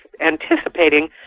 anticipating